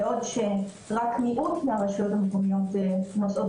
בעוד שרק מיעוט מהרשויות המקומיות נושאות